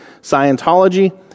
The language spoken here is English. Scientology